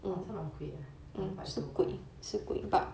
哇真的很贵 eh 两百多块